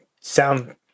sound